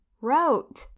wrote